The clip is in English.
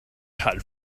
had